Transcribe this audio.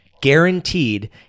guaranteed